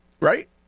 Right